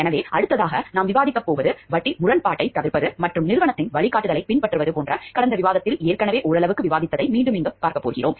எனவே அடுத்ததாக நாம் விவாதிக்கப் போவது வட்டி முரண்பாட்டைத் தவிர்ப்பது மற்றும் நிறுவனத்தின் வழிகாட்டுதலைப் பின்பற்றுவது போன்ற கடந்த விவாதத்தில் ஏற்கனவே ஓரளவுக்கு விவாதித்தோம்